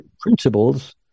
principles